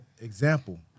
example